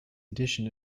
edition